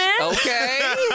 Okay